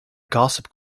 gossip